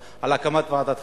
להקמת ועדת חקירה,